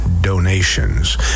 donations